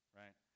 right